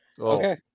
Okay